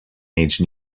age